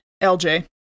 LJ